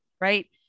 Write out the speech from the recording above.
right